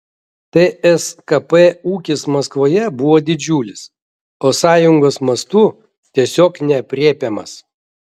tskp ūkis maskvoje buvo didžiulis o sąjungos mastu tiesiog neaprėpiamas